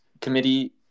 committee